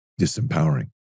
disempowering